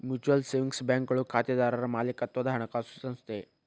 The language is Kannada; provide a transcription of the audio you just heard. ಮ್ಯೂಚುಯಲ್ ಸೇವಿಂಗ್ಸ್ ಬ್ಯಾಂಕ್ಗಳು ಖಾತೆದಾರರ್ ಮಾಲೇಕತ್ವದ ಹಣಕಾಸು ಸಂಸ್ಥೆ